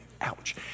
Ouch